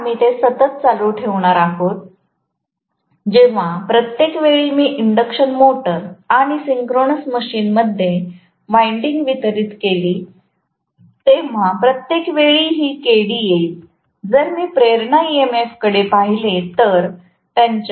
म्हणून आम्ही हे सतत चालू ठेवणार आहोत जेव्हा प्रत्येक वेळी मी इंडक्शन मोटर आणि सिंक्रोनस मशीनमध्ये वाइंडिंग वितरीत केले तेव्हा प्रत्येक वेळी ही Kd येईल जर मी प्रेरणा ईएमएफकडे पाहिले तर त्यांच्यात Kd असेल